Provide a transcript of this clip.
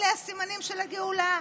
אלה הסימנים של הגאולה,